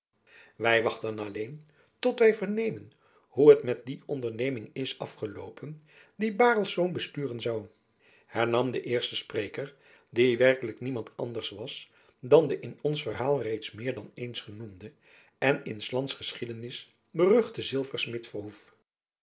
wy wachten alleen tot wy vernemen hoe het met die onderneming is afgeloopen die bartelsz besturen zoû hernam de eerste spreker die werkelijk niemand anders was dan de in ons verhaal reeds meer dan eens genoemde en in slands geschiedenis beruchte